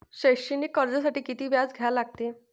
शैक्षणिक कर्जासाठी किती व्याज द्या लागते?